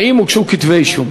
2. האם הוגשו כתבי-אישום?